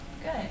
good